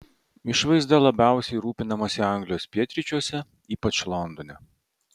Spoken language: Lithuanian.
išvaizda labiausiai rūpinamasi anglijos pietryčiuose ypač londone